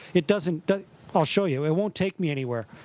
it doesn't i'll show you. it won't take me anywhere.